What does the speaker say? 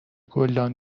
گلدان